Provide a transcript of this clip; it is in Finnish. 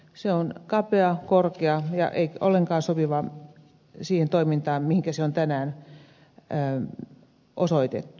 se on kapea korkea eikä ollenkaan sopiva siihen toimintaan mihinkä se on tänä päivänä osoitettu